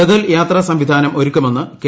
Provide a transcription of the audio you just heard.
ബദൽ യാത്രാ സംവിധാനം ഒരുക്കുമെന്ന് കെ